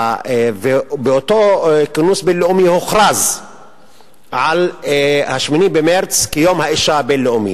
באותו כינוס בין-לאומי הוכרז על ה-8 במרס כיום האשה הבין-לאומי.